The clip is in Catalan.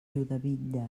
riudebitlles